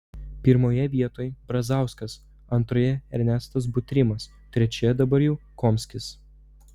pirmoje vietoj brazauskas antroje ernestas butrimas trečioje dabar jau komskis